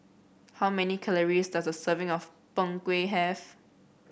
how many calories does a serving of Png Kueh have